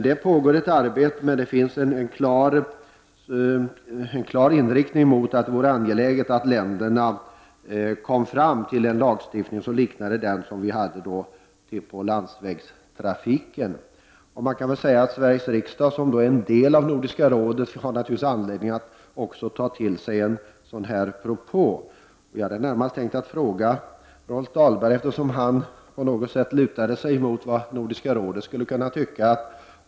Det pågår ett arbete, och det finns en klar inriktning om att det vore angeläget om länderna fattade beslut om en lagstiftning som liknar den som gäller för landsvägstrafiken. Man kan säga att Sveriges riksdag, från vilken en del av ledamöterna i Nordiska rådet kommer, har anledning att ta till sig en sådan propå. Och jag hade tänkt ställa en fråga till Rolf Dahlberg, eftersom han på något sätt lutat sig mot vad Nordiska rådet skulle tycka.